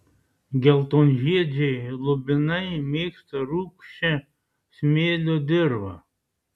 geltonžiedžiai lubinai mėgsta rūgščią smėlio dirvą